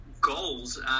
goals